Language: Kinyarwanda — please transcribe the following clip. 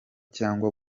cyangwa